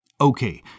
Okay